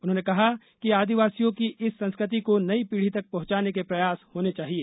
उन्होंने कहा कि आदिवासियों की इस संस्कृति को नई पीढ़ी तक पहुंचाने के प्रयास होने चाहिए